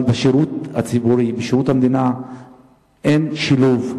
אבל בשירות הציבורי, בשירות המדינה, אין שילוב.